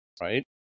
right